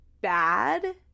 bad